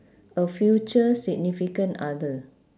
a future significant other